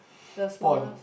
the smallest